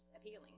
appealing